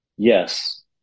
Yes